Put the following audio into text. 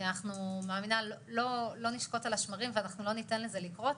כי אני מאמינה שאנחנו לא נשקוט על השמרים ולא ניתן לזה לקרות,